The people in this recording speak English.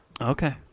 Okay